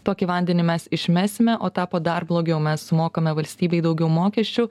tokį vandenį mes išmesime o tapo dar blogiau mes sumokame valstybei daugiau mokesčių